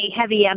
heavy